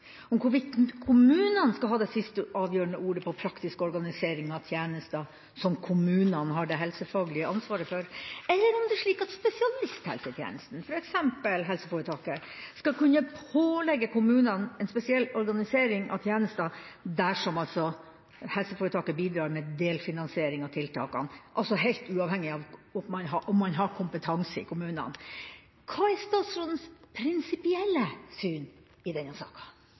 om hvorvidt kommunene skal ha det siste og avgjørende ordet om praktisk organisering av tjenestene som kommunene har det helsefaglige ansvaret for, eller om det er slik at spesialisthelsetjenesten, f.eks. helseforetaket, skal kunne pålegge kommunene en spesiell organisering av tjenestene dersom helseforetaket bidrar med delfinansiering av tiltakene, altså helt uavhengig av om man har kompetanse i kommunene. Hva er statsrådens prinsipielle syn i denne